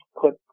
put